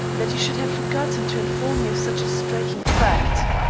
that you should have forgotten to inform me of such a striking fact.